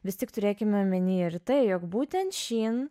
vis tik turėkime omenyje ir tai jog būtent shein